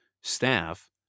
staff